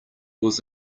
was